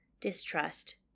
distrust